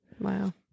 Wow